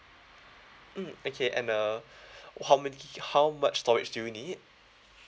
mm okay and uh how many giga~ how much storage do you need